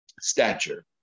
stature